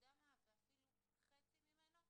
ואפילו חצי ממנו,